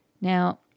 Now